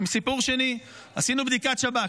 סיפור שני, עשינו בדיקת שב"כ.